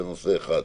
זה נושא אחד.